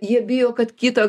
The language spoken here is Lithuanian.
jie bijo kad kitą